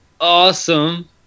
awesome